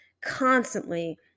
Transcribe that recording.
constantly